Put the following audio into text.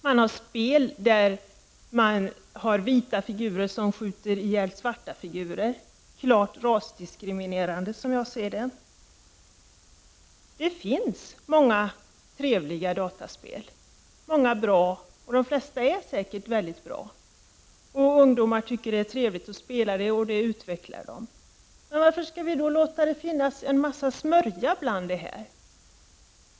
Det finns spel där vita figurer skjuter ihjäl svarta figurer — en klar rasdiskriminering, som jag ser det. Det finns många trevliga dataspel, och de flesta är säkert bra. Många ungdomar tycker att det är roligt att spela, och det utvecklar dem. Varför skall vi då tillåta att det finns en massa smörja bland spelen?